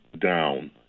down